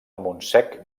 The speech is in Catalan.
montsec